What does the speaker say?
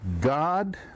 God